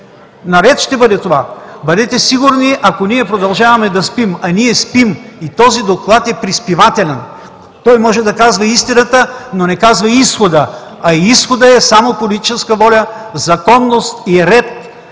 наред ще бъде това, бъдете сигурни, ако ние продължаваме да спим, а ние спим. Този доклад е приспивателен, той може да казва истината, но не казва изхода, а изходът е само политическа воля, законност и ред,